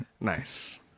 Nice